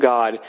God